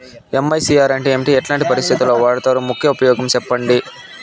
MICR అంటే ఏమి? ఎట్లాంటి పరిస్థితుల్లో వాడుతారు? ముఖ్య ఉపయోగం ఏంటి సెప్పండి?